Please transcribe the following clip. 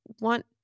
want